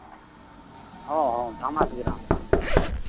ᱦᱮᱸ ᱦᱮᱸ ᱫᱷᱟᱢᱟᱥ ᱜᱨᱟᱢ